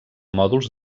mòduls